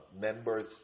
members